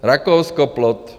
Rakousko plot.